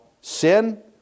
sin